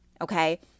okay